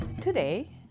today